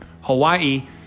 Hawaii